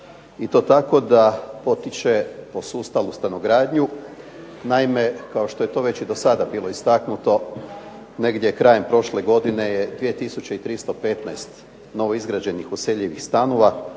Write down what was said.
i to tako da potiče po sustavu stanogradnju. Naime, kao što je to već i do sada bilo istaknuto, negdje krajem prošle godine je 2 tisuće 315 novoizgrađenih neuseljenih stanova